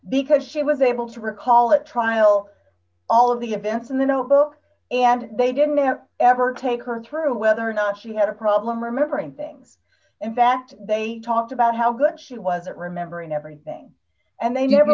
because she was able to recall at trial all of the events in the notebook and they didn't have ever take her through whether or not she had a problem remembering things in fact they talked about how good she wasn't remembering everything and they never